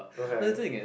okay